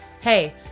Hey